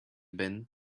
been